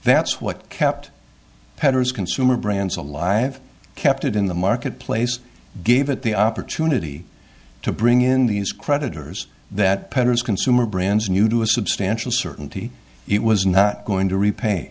that's what kept petters consumer brands alive kept it in the marketplace gave it the opportunity to bring in these creditors that pedders consumer brands knew to a substantial certainty it was not going to repa